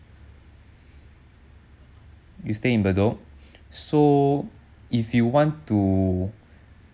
you stay in bedok so if you want to